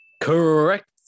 Correct